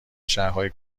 شهرهای